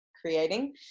creating